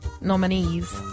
nominees